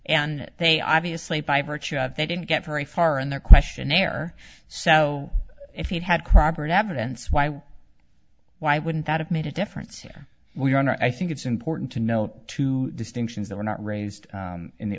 and they obviously by virtue of they didn't get very far in their questionnaire so if they'd had proper evidence why why wouldn't that have made a difference here we are i think it's important to note too distinctions that were not raised in the